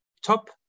top